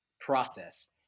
process